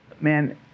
man